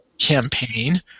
campaign